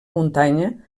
muntanya